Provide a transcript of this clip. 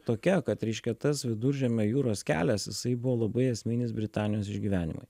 tokia kad reiškia tas viduržemio jūros kelias jisai buvo labai esminis britanijos išgyvenimui